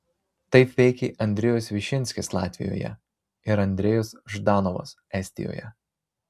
taip veikė andrejus višinskis latvijoje ir andrejus ždanovas estijoje